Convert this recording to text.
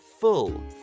full